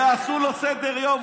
ועשו לו סדר-יום,